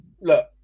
Look